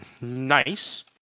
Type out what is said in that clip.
Nice